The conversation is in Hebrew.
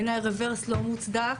בעיניי, הרברס לא מוצדק.